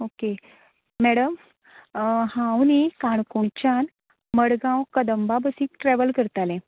okay madam हांव न्ही काणकोणच्यान मडगांव कदंबा बसीक ट्रॅवल करतालें